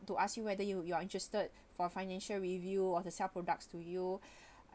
to ask you whether you you are interested for financial review or to sell products to you